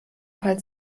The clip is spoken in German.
fall